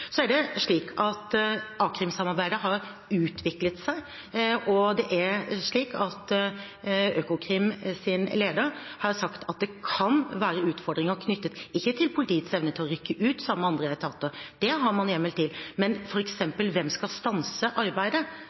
har utviklet seg, og det er slik at Økokrims leder har sagt at det kan være utfordringer, ikke knyttet til politiets evne til å rykke ut sammen med andre etater – det har man hjemmel til – men hvem skal f.eks. stanse arbeidet?